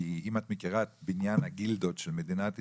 כי אם את מכירה את בניין הגילדות של מדינת ישראל,